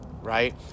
Right